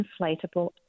inflatable